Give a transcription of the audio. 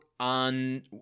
on